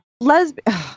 lesbian